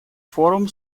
форум